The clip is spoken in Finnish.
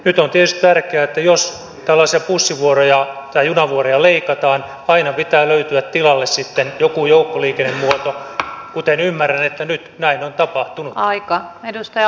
nyt on tietysti tärkeää että jos tällaisia bussivuoroja tai junavuoroja leikataan aina pitää löytyä tilalle sitten joku joukkoliikennemuoto kuten ymmärrän että nyt näin on tapahtunut